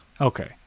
Okay